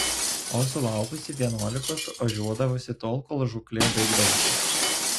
o sulaukusi vienuolikos ožiuodavausi tol kol žūklė baigdavosi